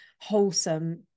wholesome